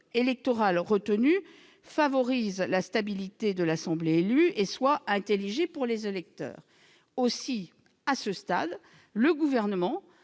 électoral retenu favorise la stabilité de l'assemblée élue et soit intelligible pour les électeurs. Aussi, à ce stade, le Gouvernement